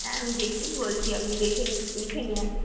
হ্যাঁ আমি দেখেই বলছি আপনি দেখে লিখে নিন আগে